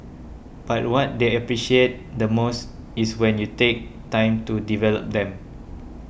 but what they appreciate the most is when you take time to develop them